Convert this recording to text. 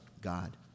God